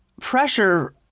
pressure